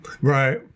Right